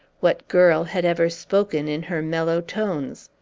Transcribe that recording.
what girl had ever spoken in her mellow tones?